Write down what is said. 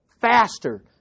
faster